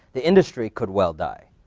the industry could well die.